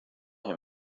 him